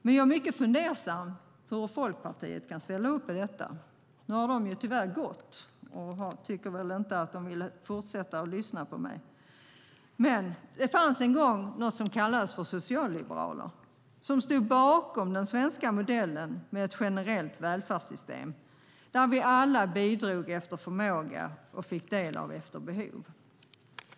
Men jag är mycket fundersam på hur Folkpartiet kan ställa upp på detta. Tyvärr har Folkpartiets representant gått - hon ville väl inte fortsätta att lyssna på mig. Det fanns en gång något som kallades socialliberaler som stod bakom den svenska modellen med ett generellt välfärdssystem, som vi alla bidrog till efter förmåga och fick del av efter behov.